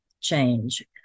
change